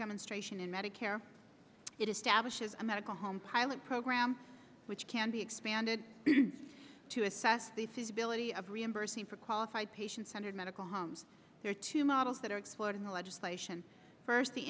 demonstration in medicare it establishes a medical home pilot program which can be expanded to assess the suitability of reimbursing for qualified patient centered medical homes there are two models that are explored in the legislation first the